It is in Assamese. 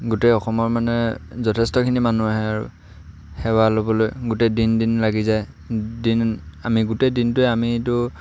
গোটেই অসমৰ মানে যথেষ্টখিনি মানুহ আহে আৰু সেৱা ল'বলৈ গোটেই দিন দিন লাগি যায় দিন আমি গোটেই দিনটোৱে আমিতো